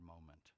moment